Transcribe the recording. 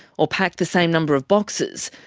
or pack the same number of boxes.